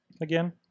again